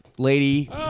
lady